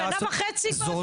שנה וחצי צריך לקחת